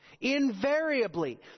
Invariably